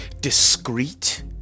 Discreet